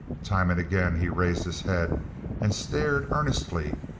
time and again he raised his head and stared earnestly,